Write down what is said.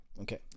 Okay